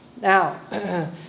Now